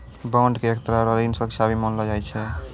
bond के एक तरह रो ऋण सुरक्षा भी मानलो जाय छै